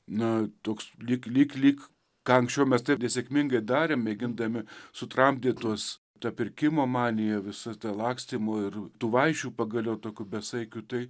na toks lyg lyg lyg ką anksčiau mes taip nesėkmingai darėm mėgindami sutramdyt tuos ta pirkimo manija visa ta lakstymo ir tų vaišių pagaliau tokių besaikių tai